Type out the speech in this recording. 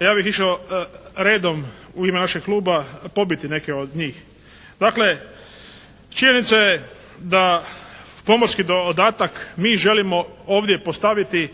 Ja bih išao redom u ime našeg kluba pobiti neke od njih. Dakle, činjenica je da pomorski dodatak mi želimo ovdje postaviti